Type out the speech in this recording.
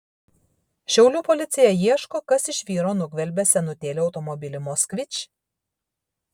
šiaulių policija ieško kas iš vyro nugvelbė senutėlį automobilį moskvič